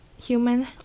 Human